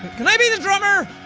can i be the drummer?